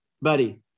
buddy